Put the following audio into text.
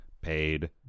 paid